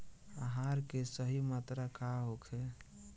आहार के सही मात्रा का होखे?